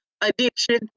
addiction